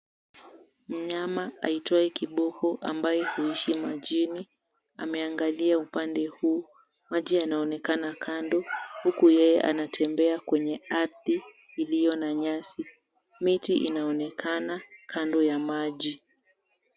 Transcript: Mnyama aitwaye kiboko ambaye huishi majini ameangalia upande huu. Maji yanaonekana kando huku yeye anatembea kwenye ardhi iliyo na nyasi, miti inaonakana kando ya maji.